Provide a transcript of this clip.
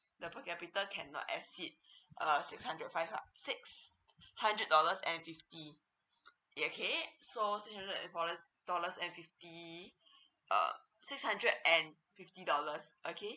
the per capita cannot exceed err six hundred five hun~ six hundred dollars and fifty ya okay so six hundred and dollar dollars and fifty uh six hundred and fifty dollars okay